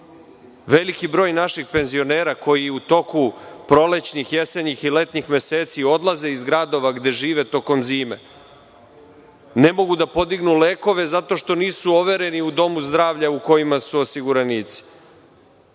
veliki broj naših penzionera koji u toku prolećnih, jesenjih i letnjih meseci odlaze iz gradova gde žive tokom zime, ne mogu da podignu lekove zato što nisu overeni u domu zdravlja u kojem su osiguranici. Tako